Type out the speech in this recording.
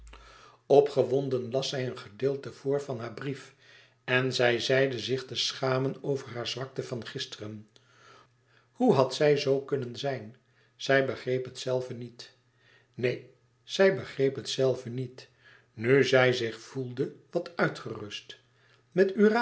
opgewonden las zij een gedeelte voor van haar brief en zij zeide zich te schamen over hare zwakte van gisteren hoe hàd zij zoo kunnen zijn zij begreep het zelve niet neen zij begreep het zelve niet nu zij zich voelde wat uitgerust met